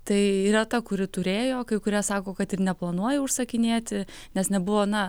tai reta kuri turėjo kai kurie sako kad ir neplanuoja užsakinėti nes nebuvo na